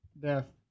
death